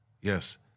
Yes